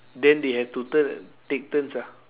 then they have to tur~ take turns ah